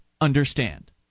understand